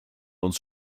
uns